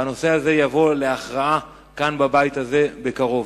והנושא הזה יובא להכרעה כאן בבית הזה בקרוב.